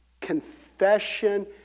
Confession